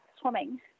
swimming